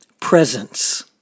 presence